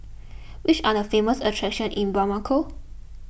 which are the famous attractions in Bamako